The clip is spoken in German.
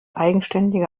eigenständige